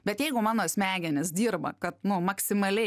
bet jeigu mano smegenys dirba kad nu maksimaliai